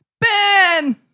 Ben